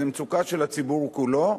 זו מצוקה של הציבור כולו,